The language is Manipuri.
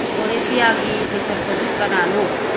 ꯑꯣꯔꯦ ꯄꯤꯌꯥꯒꯤ ꯁꯩꯁꯛꯄꯗꯨ ꯀꯅꯥꯅꯣ